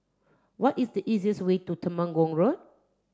what is the easiest way to Temenggong Road